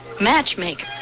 matchmaker